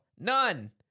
None